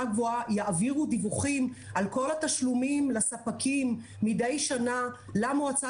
גבוהה יעבירו דיווחים על כל התשלומים לספקים מדי שנה למועצה